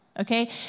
Okay